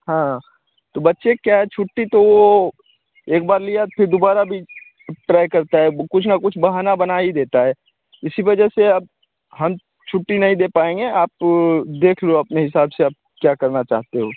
हाँ तो बच्चे क्या है छुट्टी तो वह एक बार लिया फिर दुबारा भी ट्राई करता है ब कुछ ना कुछ बहाना बना ही देता है इसी वजह से अब हम छुट्टी नहीं दे पाएँगे आप देख लो अपने हिसाब से आप क्या करना चाहते हो